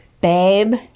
Babe